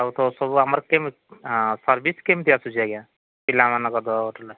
ଆଉ ତ ସବୁ ଆମର ସର୍ଭିସ୍ କେମିତି ଆସୁଛି ଆଜ୍ଞା ପିଲାମାନଙ୍କ ଦ ହୋଟେଲ